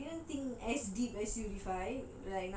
I think okay I didn't think as deep as you defined